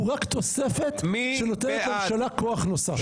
הוא רק תוספת שנותנת לממשלה כוח נוסף.